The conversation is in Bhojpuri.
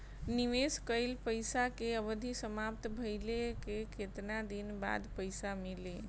निवेश कइल पइसा के अवधि समाप्त भइले के केतना दिन बाद पइसा मिली?